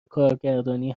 کارگردانی